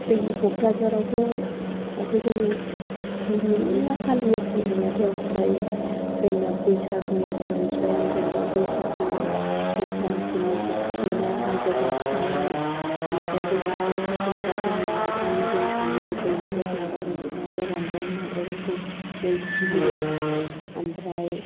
जोंनि कक्राझारावथ' दाथ' जोङो मेरला फालियो फालिनायाथ' ओमफ्राय जोंना बैसागु फांसन जेनेबा बैसागु संख्रान्ति मोसौ थुखैनाय हाजो गाखोनाय ओमफ्राय बैसागुआवथ' जेनेबा जोंना माइब्रानि जौ सङो बयनोबो जेनेबा अमा गोरानजों मायब्राजों जौ बिदि होयोना ओमफ्राय